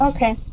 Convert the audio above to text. Okay